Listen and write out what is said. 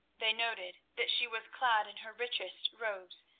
they noted that she was clad in her richest robes,